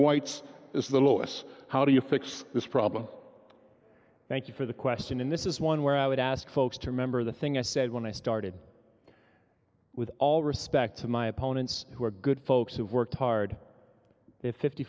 whites is the loss how do you fix this problem thank you for the question and this is one where i would ask folks to remember the thing i said when i started with all respect to my opponents who are good folks who've worked hard if fifty